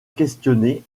questionner